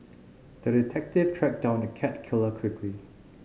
the detective tracked down the cat killer quickly